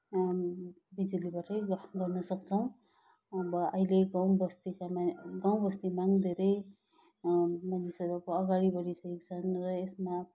बिजुलीबाटै गर्न सक्छौँ अब अहिले गाउँ बस्तीका मा गाउँबस्तीमा पनि धेरै मानिसहरू अगाडि बढिसकेका छन् र यसमा